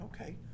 okay